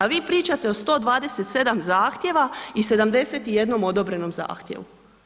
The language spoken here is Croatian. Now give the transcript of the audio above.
A vi pričate o 127 zahtjeva i 71 odobrenom zahtjevu.